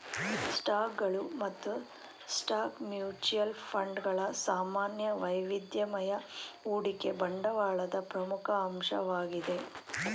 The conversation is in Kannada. ಸ್ಟಾಕ್ಗಳು ಮತ್ತು ಸ್ಟಾಕ್ ಮ್ಯೂಚುಯಲ್ ಫಂಡ್ ಗಳ ಸಾಮಾನ್ಯ ವೈವಿಧ್ಯಮಯ ಹೂಡಿಕೆ ಬಂಡವಾಳದ ಪ್ರಮುಖ ಅಂಶವಾಗಿದೆ